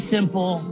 Simple